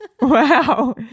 Wow